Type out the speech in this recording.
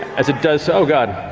as it does, oh god,